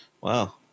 Wow